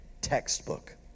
textbook